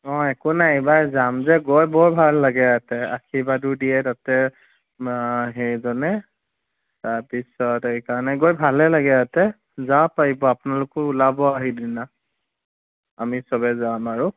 অঁ একো নাই এইবাৰ যাম যে গৈ বৰ ভাল লাগে আতে আশীৰ্বাদো দিয়ে তাতে সেইজনে তাৰপিছত এইকাৰণে গৈ ভালে লাগে আতে যাব পাৰিব আপোনালোকো ওলাব আৰু সেইদিনা আমি চবেই যাম আৰু